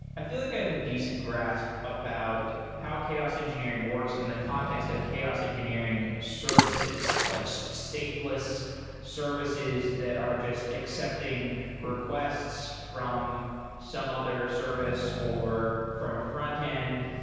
i feel like i have a decent grasp about how chaos engineering works in the context of chaos engineering services, like so stateless services that are just accepting requests from some other service or from a front-end.